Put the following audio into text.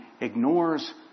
ignores